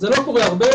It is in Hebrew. זה לא קורה הרבה,